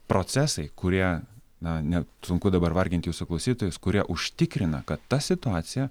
procesai kurie na net sunku dabar vargint jūsų klausytojus kurie užtikrina kad ta situacija